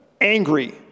angry